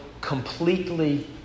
completely